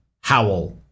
howl